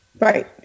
Right